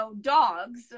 dogs